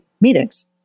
meetings